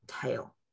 tail